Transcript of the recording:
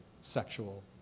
sexual